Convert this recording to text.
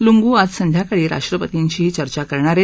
Lungu आज संध्याकाळी राष्ट्रपतींशीही चर्चा करणार आहेत